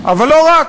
אבל לא רק,